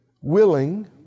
willing